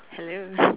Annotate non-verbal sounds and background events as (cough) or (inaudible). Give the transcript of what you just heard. hello (laughs)